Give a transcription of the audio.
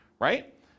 Right